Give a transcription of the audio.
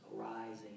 arising